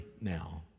now